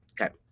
Okay